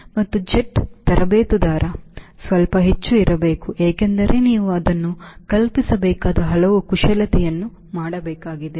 ಮತ್ತು ಜೆಟ್ ತರಬೇತುದಾರ ಸ್ವಲ್ಪ ಹೆಚ್ಚು ಇರಬೇಕು ಏಕೆಂದರೆ ನೀವು ಅದನ್ನು ಕಲಿಸಬೇಕಾದ ಹಲವು ಕುಶಲತೆಯನ್ನು ಮಾಡಬೇಕಾಗಿದೆ